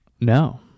no